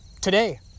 today